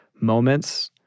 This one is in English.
moments